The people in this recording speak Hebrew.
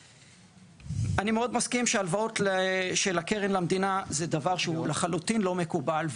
אני מסכים שהלוואות של הקרן למדינה זה דבר שהוא לחלוטין לא מקובל,